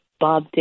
Bob